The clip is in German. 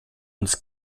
ins